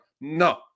No